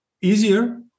easier